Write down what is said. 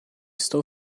estou